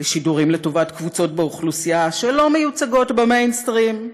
שידורים לטובת קבוצות באוכלוסייה שלא מיוצגות במיינסטרים.